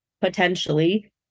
potentially